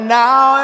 now